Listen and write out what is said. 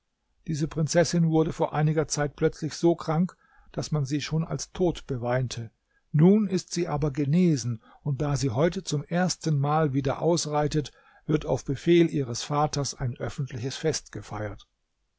diese prinzessin wurde vor einiger zeit plötzlich so krank daß man sie schon als tot beweinte nun ist sie aber genesen und da sie heute zum erstenmal wieder ausreitet wird auf befehl ihres vaters ein öffentliches fest gefeiert